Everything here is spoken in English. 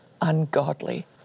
ungodly